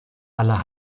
aller